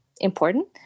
important